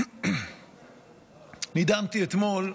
נדהמתי אתמול,